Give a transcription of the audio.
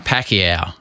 Pacquiao